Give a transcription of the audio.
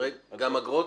גם אגרות?